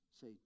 say